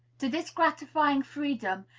to this gratifying freedom,